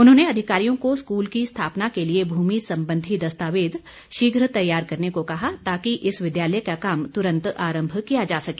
उन्होंने अधिकारियों को स्कूल की स्थापना के लिए भूमि संबंधी दस्तावेज शीघ्र तैयार करने को कहा ताकि इस विद्यालय का काम तुरंत आरम्भ किया जा सके